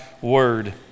word